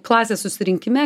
klasės susirinkime